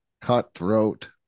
Cutthroat